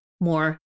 more